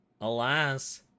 Alas